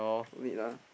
no need lah